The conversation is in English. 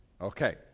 okay